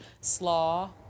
slaw